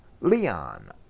Leon